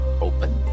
open